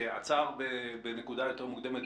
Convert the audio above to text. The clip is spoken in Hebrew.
שעצר בנקודה יותר מוקדמת,